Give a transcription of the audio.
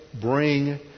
bring